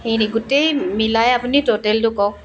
সেইখিনি গোটেই মিলাই আপুনি টোটেলটো কওক